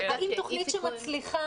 האם תוכנית שמצליחה,